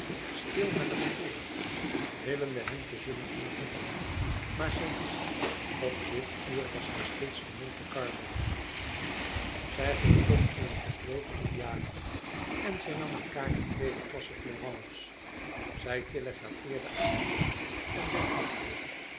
stil naar het spoor rillende hem te zullen ontmoeten maar zij wist op dit uur was hij steeds te monte carlo zij ging toch in een gesloten fiacre en zij nam een kaartje tweede klasse florence zij telegrafeerde aan duco en zij vluchtte